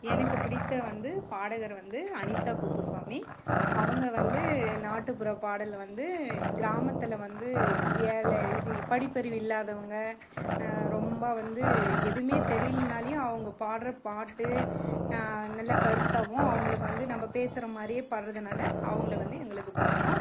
எனக்கு பிடித்த வந்து பாடகர் வந்து அனிதா குப்புசாமி அவங்க வந்து நாட்டுப்புற பாடல் வந்து கிராமத்தில் வந்து ஏழை இது படிப்பறிவு இல்லாதவங்க ரொம்ப வந்து எதுவுமே தெரியிலேனாலியும் அவங்க பாடுற பாட்டு நல்லா கருத்தாவும் அவங்களுக்கு வந்து நம்ம பேசுகிற மாதிரியே பாடுறதுனால் அவங்கள வந்து எங்களுக்கு பிடிக்கும்